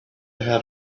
had